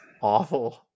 awful